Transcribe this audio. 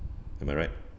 am I right